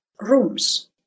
rooms